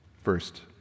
First